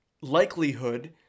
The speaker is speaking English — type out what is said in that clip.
likelihood